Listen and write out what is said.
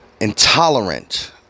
intolerant